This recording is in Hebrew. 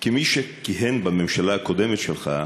כמי שכיהן בממשלה הקודמת שלך,